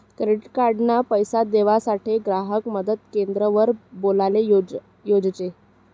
credit card ना पैसा देवासाठे ग्राहक मदत क्रेंद्र वर बोलाले जोयजे